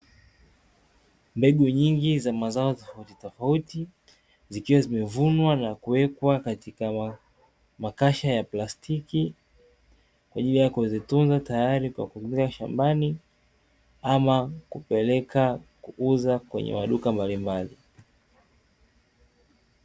Mbegu nyingi za mazao tofautitofauti, zikiwa zimevunwa na kuwekwa katika makasha ya plastikikwa ajili ya kuzitunza tayari kwa kupeleka shambani ama kupeleka kuuza kwenye maduka mbalimbali.